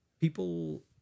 people